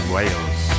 Wales